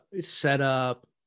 setup